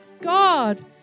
God